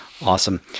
Awesome